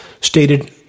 stated